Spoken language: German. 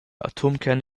atomkerne